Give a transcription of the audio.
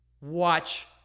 Watch